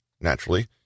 naturally